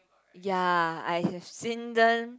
ya I have seen them